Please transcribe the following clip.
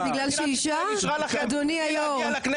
בגלל שהיא אישה אדוני היו"ר?,